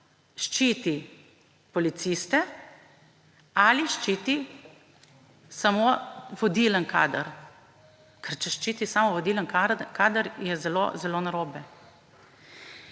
ščiti policiste ali ščiti samo vodilni kader. Ker če ščiti samo vodilni kader, je zelo zelo narobe.